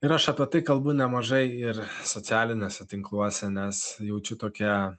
ir aš apie tai kalbu nemažai ir socialiniuose tinkluose nes jaučiu tokią